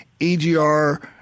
EGR